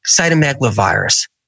cytomegalovirus